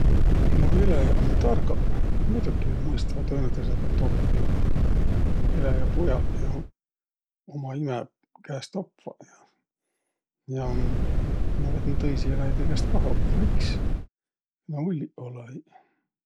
No eläjäq ummaq targaq. Muidoki nä mõistvaq tõõnõtõõsõ päält oppiq. Eläjäpujaq jo uma imä käest opvaq ja no vet nä tõisi eläjide käest kah opvaq iks. Nä ulliq olõ-õiq.